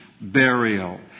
burial